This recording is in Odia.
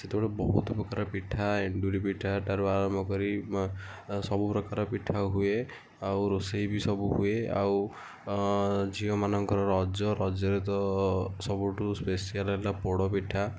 ସେତେବେଳେ ବହୁତ ପ୍ରକାର ପିଠା ଏଣ୍ଡୁରି ପିଠା ଠାରୁ ଆରମ୍ଭ କରି ସବୁ ପ୍ରକାର ପିଠା ହୁଏ ଆଉ ରୋଷେଇ ବି ସବୁ ହୁଏ ଆଉ ଝିଅମାନଙ୍କର ରଜ ରଜରେ ତ ସବୁଠୁ ସ୍ପେସିଆଲ୍ ହେଲା ପୋଡ଼ପିଠା